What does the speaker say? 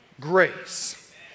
grace